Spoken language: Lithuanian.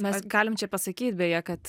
mes galim čia pasakyt beje kad